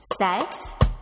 set